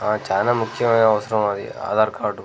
చాలా ముఖ్యమైన అవసరం అది ఆధార్ కార్డు